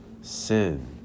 sin